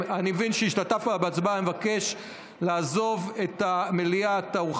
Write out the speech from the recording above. אבל הוא ביקש לוועדת הכנסת, להצעה כוועדת כנסת.